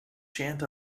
chant